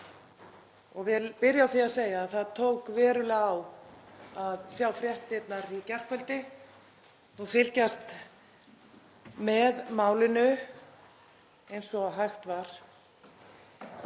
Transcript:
Ég vil byrja á því að segja að það tók verulega á að sjá fréttirnar í gærkvöldi og fylgjast með málinu eins og hægt var.